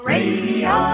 Radio